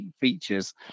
features